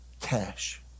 cash